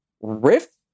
Rift